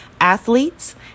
Athletes